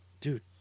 Dude